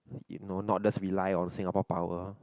it no not just rely on Singapore power